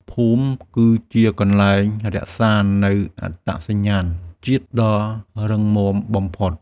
ភូមិគឺជាកន្លែងរក្សានូវអត្តសញ្ញាណជាតិដ៏រឹងមាំបំផុត។